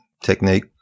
technique